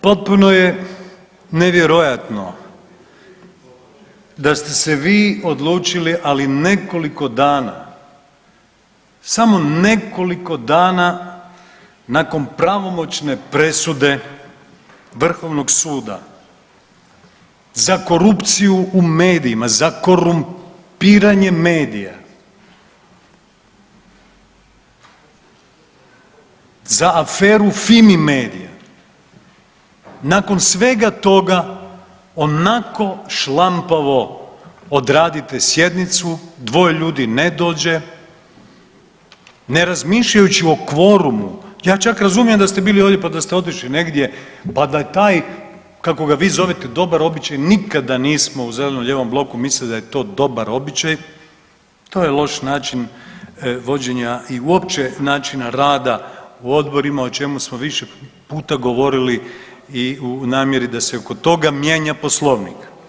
Potpuno je nevjerojatno da ste se vi odlučili, ali nekoliko dana, samo nekoliko dana nakon pravomoćne presude Vrhovnog suda za korupciju u medijima za korumpiranje medija, za aferu Fimi-media, nakon svega toga onako šlampavo odradite sjednicu, dvoje ljudi ne dođe, ne razmišljajući o kvorumu, ja čak razumijem da ste bili ovdje pa da ste otišli negdje, pa da je taj, kako ga vi zovete dobar običaj u Zeleno-lijevom bloku mislili da je to dobar običaj, to je loš način vođenja i uopće načina rada u Odborima, o čemu smo više puta govorili i namjeri da se oko toga mijenja Poslovnik.